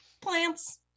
plants